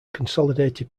consolidated